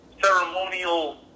ceremonial